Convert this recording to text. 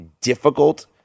difficult